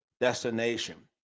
destination